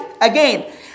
Again